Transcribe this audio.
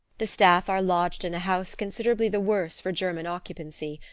the staff are lodged in a house considerably the worse for german occupancy,